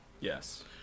Yes